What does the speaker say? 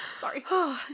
Sorry